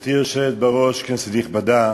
גברתי היושבת בראש, כנסת נכבדה,